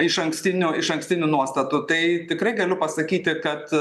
išankstinio išankstinių nuostatų tai tikrai galiu pasakyti kad